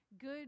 good